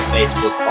Facebook